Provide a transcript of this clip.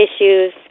issues